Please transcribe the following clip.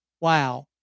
wow